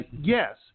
yes